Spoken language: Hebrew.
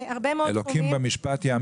בהרבה מאוד תחומים שרלוונטיים ומשיקים.